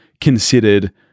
considered